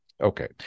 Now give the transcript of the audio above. Okay